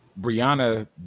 brianna